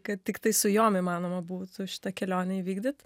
kad tiktai su jom įmanoma būtų šitą kelionę įvykdyt